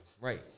right